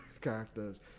characters